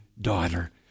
daughter